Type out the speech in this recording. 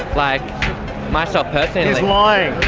like myself personally. he's lying!